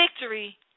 Victory